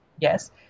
yes